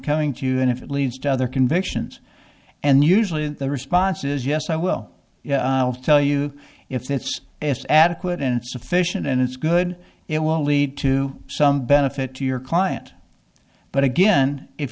coming to you and if it leads to other convictions and usually the responses yes i will tell you if that's it's adequate and sufficient and it's good it will lead to some benefit to your client but again if